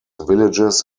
villages